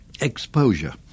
exposure